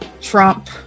Trump